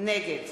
נגד